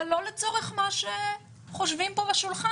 אבל לא לצורך מה שחושבים פה בשולחן.